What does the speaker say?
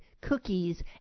cookies